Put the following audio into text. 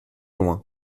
loin